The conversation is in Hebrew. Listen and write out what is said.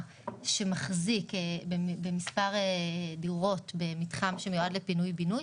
שמחזיק במספר דירות במתחם שמיועד לפינוי בינוי